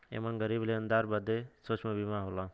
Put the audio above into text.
एमन गरीब लेनदार बदे सूक्ष्म बीमा होला